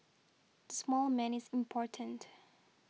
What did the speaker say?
the small man is important